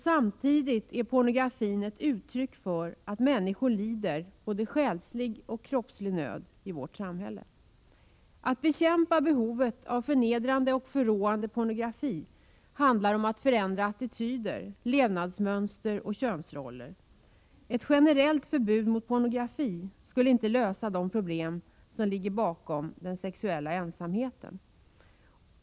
Samtidigt är pornografin ett uttryck för att människor lider både själslig och kroppslig nöd i vårt samhälle. Att bekämpa behovet av förnedrande och förråande pornografi handlar om att förändra attityder, levnadsmönster och könsroller. Ett generellt förbud mot pornografi skulle inte lösa de problem som ligger bakom den sexuella ensamheten.